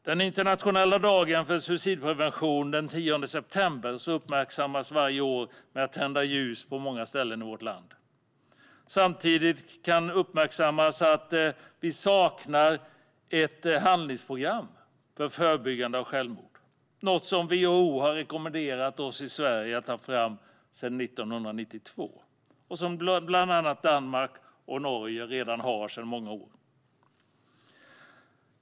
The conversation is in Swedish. Den internationella dagen för suicidprevention uppmärksammas varje år den 10 september med tända ljus på många ställen i vårt land. Samtidigt kan uppmärksammas att vi saknar ett handlingsprogram för förebyggande av självmord, något som WHO har rekommenderat Sverige att ta fram sedan 1992 och som bland annat Danmark och Norge redan har sedan många år.